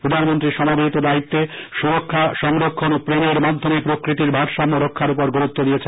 প্রধানমন্ত্রী সমবেত দায়িত্বে সুরক্ষা সংরক্ষণ ও প্রেমের মাধ্যমে প্রকৃতির ভারসাম্য রক্ষার উপর গুরুত্ব দিয়েছেন